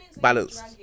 balanced